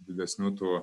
didesnių tų